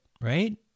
right